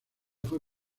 fue